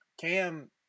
cam